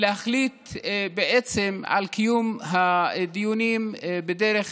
להחליט על קיום הדיונים בדרך